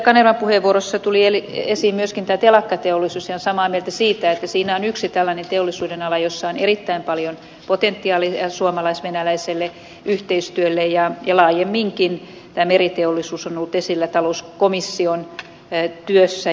kanervan puheenvuorossa tuli esiin myöskin tämä telakkateollisuus ja olen samaa mieltä siitä että siinä on yksi tällainen teollisuudenala jossa on erittäin paljon potentiaalia suomalais venäläiselle yhteistyölle ja laajemminkin tämä meriteollisuus on ollut esillä talouskomission työssä